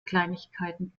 kleinigkeiten